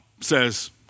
says